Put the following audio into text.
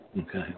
Okay